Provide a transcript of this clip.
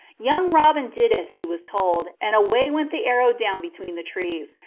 young robin did as he was told, and away went the arrow down between the trees,